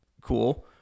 cool